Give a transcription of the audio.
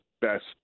best